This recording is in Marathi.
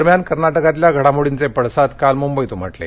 दरम्यान कर्नाटकातल्या घडामोर्डीचे पडसाद काल मुंबईत उमटले